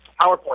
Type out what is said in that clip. PowerPoint